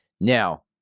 Now